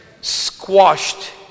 squashed